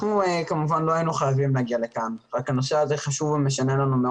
אנחנו כמובן לא היינו חייבים להגיע לכאן אלא שהנושא הזה חשוב לנו מאוד.